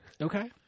Okay